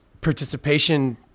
participation